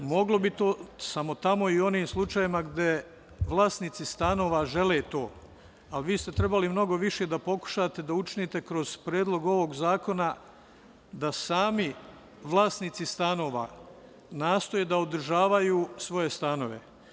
Moglo bi to u onim slučajevima gde vlasnici stanova to žele, ali trebali ste mnogo više da pokušate da učinite kroz predlog ovog zakona da sami vlasnici stanova nastoje da održavaju svoje stanove.